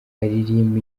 aririmba